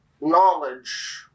knowledge